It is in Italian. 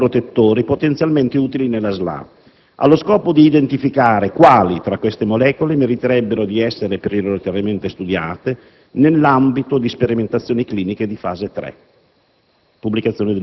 sugli agenti neuroprotettori potenzialmente utili nella SLA, allo scopo di identificare quali tra queste molecole meriterebbero di essere prioritariamente studiate nell'ambito di sperimentazioni cliniche di fase